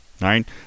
right